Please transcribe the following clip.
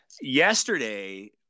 yesterday